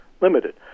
limited